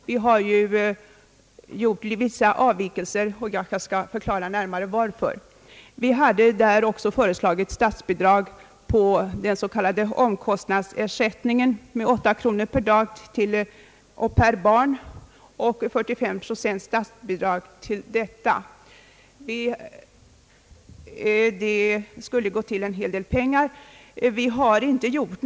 Vi har senare gjort vissa avvikelser från motionen, och jag skall närmare förklara anledningen härtill. Vi hade där också föreslagit 45 procents statsbidrag till den s.k. omkostnadsersättningen på 8 kronor per dag och barn. Vi har frångått detta för att få ett mera rent förslag, med statsbidrag endast på lönekostnader. Det skulle kosta en hel del pengar som nu skall avsättas.